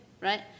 right